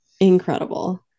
incredible